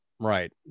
Right